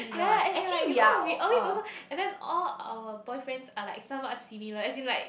ya as in like you know we always also and then all our boyfriends are like some are similar as in like